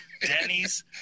Denny's